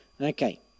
Okay